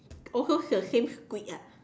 also say the same squid ah